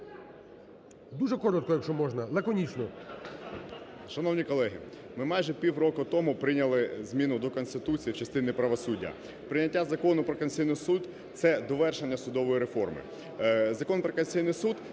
Дуже коротко, якщо можна, лаконічно.